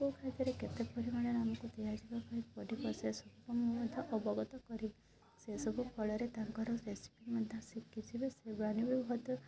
କେଉଁ ଖାଦ୍ୟରେ କେତେ ପରିମାଣରେ ଆମକୁ ଦିଆଯିବ ପାଇଁ ପଡ଼ିବ ସେ ସବୁକୁ ମୁଁ ମଧ୍ୟ ଅବଗତ କରିବି ସେସବୁ ଫଳରେ ତାଙ୍କର ରେସିପି ମଧ୍ୟ ଶିଖିଯିବେ ସେମାନେ ବି ମଧ୍ୟ